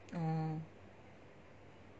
oh